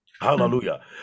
Hallelujah